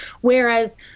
whereas